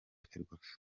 ferwafa